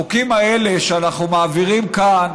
החוקים האלה שאנחנו מעבירים כאן